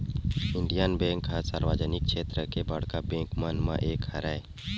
Indian bank ह सार्वजनिक छेत्र के बड़का बेंक मन म एक हरय